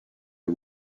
are